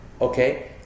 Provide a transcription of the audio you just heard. okay